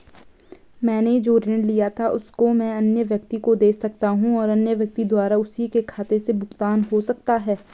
मैंने जो ऋण लिया था उसको मैं अन्य व्यक्ति को दें सकता हूँ और अन्य व्यक्ति द्वारा उसी के खाते से भुगतान हो सकता है?